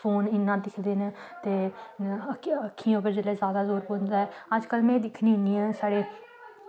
phone इन्ना दिखदे न ते अक्खियें पर जेल्लै जादै जोर पौंदा ऐ अज्जकल में दिक्खनी निं ऐ साढ़े